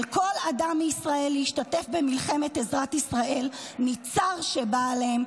על כל אדם מישראל להשתתף במלחמת עזרת ישראל מצר שבא עליהם,